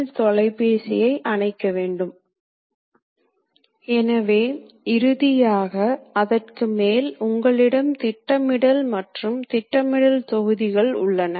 இந்த இரண்டு காரணங்களால் CNC இயந்திரங்கள் CNC அல்லாத இயந்திரங்கள் அல்லது கைமுறை இயந்திரங்களைக் காட்டிலும் அதிக மதிப்பெண் பெறுகின்றன